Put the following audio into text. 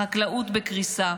החקלאות בקריסה,